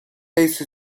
类似